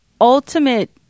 ultimate